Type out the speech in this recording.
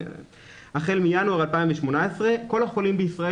החל מינואר 2018 כל החולים במדינת ישראל